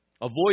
Avoid